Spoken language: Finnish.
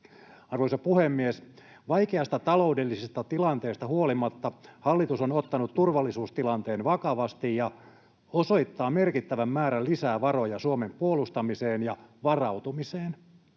Arvoisa puhemies! Vaikeasta taloudellisesta tilanteesta huolimatta hallitus on ottanut turvallisuustilanteen vakavasti ja osoittaa merkittävän määrän lisää varoja Suomen puolustamiseen ja varautumiseen.